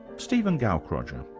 stephen gaukroger.